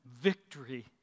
victory